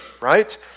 right